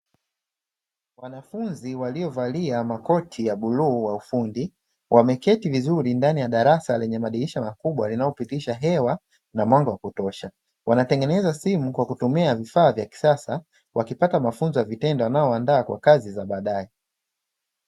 Wanafunzi waliovalia makoti ya bluu wa ufundi, wameketi vizuri ndani ya darasa lenye madirisha makubwa linalopitisha hewa na mwanga wa kutosha. Wanatengeneza simu kwa kutumia vifaa vya kisasa, wakipata mafunzo ya vitendo yanayowaandaa kwa kazi za baadae.